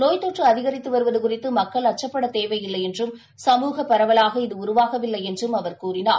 நோய்த்தொற்றுஅதிகரித்துவருவதுகுறித்தமக்கள் அச்சப்படத் தேவையில்லைஎன்றும் சமூக பரவலாக இது உருவாகவில்லைஎன்றும் அவர் கூறினார்